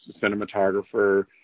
cinematographer